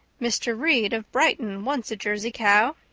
mr. reed of brighton wants a jersey cow.